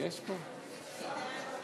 בית-המשפט פנה